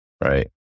Right